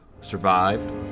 Survived